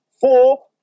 four